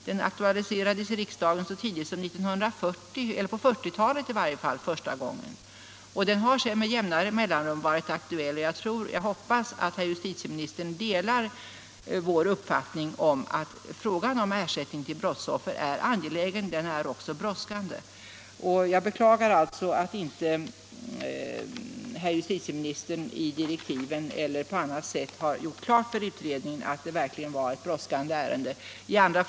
Den aktualiserades första gången i Nr 32 riksdagen så tidigt som på 1940-talet. Den har sedan varit aktuell med Tisdagen den jämna mellanrum. Jag hoppas att justitieministern delar vår uppfattning, 2 december 1975 att frågan om ersättning till brottsoffer är angelägen och att den därför också är brådskande. Om regeringens Jag beklagar alltså att herr justitieministern inte i direktiven eller på — åtgärder med annat sätt gjort klart för utredningen att detta verkligen är ett brådskande = anledning av vissa ärende.